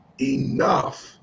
enough